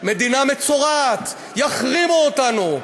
מדינה מצורעת, יחרימו אותנו.